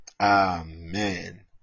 Amen